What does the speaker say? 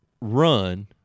run